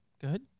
Good